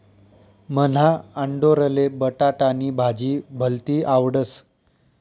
मन्हा आंडोरले बटाटानी भाजी भलती आवडस